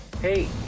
Hey